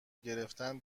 گرفتن